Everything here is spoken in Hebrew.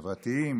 חברתיים,